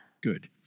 Good